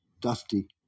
dusty